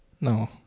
No